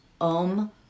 Om